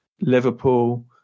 Liverpool